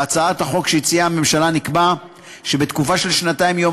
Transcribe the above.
בהצעת החוק שהציעה הממשלה נקבע שבתקופה של שנתיים מיום